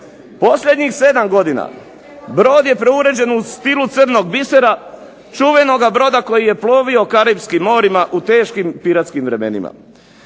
Posljednjih 7 godina brod je preuređen u stilu crnog bisera, čuvenoga broda koji je plovio Karipskim morima u teškim piratskim vremenima.